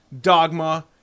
Dogma